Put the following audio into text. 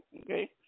okay